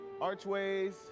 archways